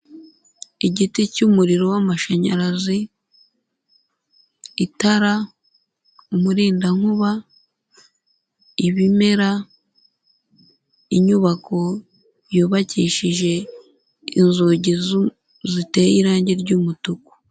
Igiti cy'umuriro w'amashanyarazi, itara, umurindankuba, ibimera, inyubako yubakishije inzugi ziteye irange ry'umutuku.